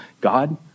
God